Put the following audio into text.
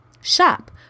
shop